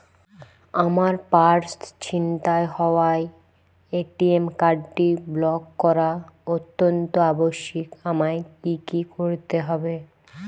আমার পার্স ছিনতাই হওয়ায় এ.টি.এম কার্ডটি ব্লক করা অত্যন্ত আবশ্যিক আমায় কী কী করতে হবে?